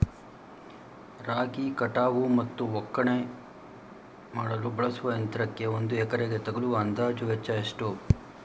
ರಾಗಿ ಕಟಾವು ಮತ್ತು ಒಕ್ಕಣೆ ಮಾಡಲು ಬಳಸುವ ಯಂತ್ರಕ್ಕೆ ಒಂದು ಎಕರೆಗೆ ತಗಲುವ ಅಂದಾಜು ವೆಚ್ಚ ಎಷ್ಟು?